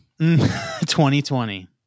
2020